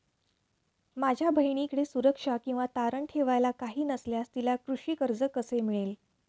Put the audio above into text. माझ्या बहिणीकडे सुरक्षा किंवा तारण ठेवायला काही नसल्यास तिला कृषी कर्ज कसे मिळेल?